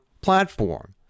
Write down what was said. platform